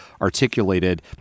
articulated